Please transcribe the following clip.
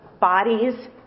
bodies